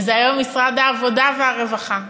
וזה היום במשרד העבודה והרווחה.